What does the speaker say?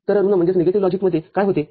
तर ऋण लॉजिकमध्ये काय होते